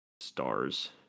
Stars